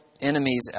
enemies